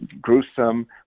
gruesome